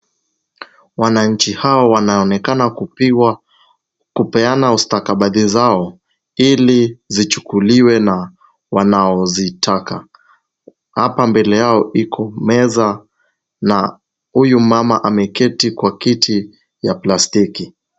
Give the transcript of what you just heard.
Wananchi hawa wanaonekana kupeana ustakabadhi zao ili zichukuliwe na wanaozitaka. Hapa mbele yao iko meza na huyu mama ameketi kwa kiti cha plastiki.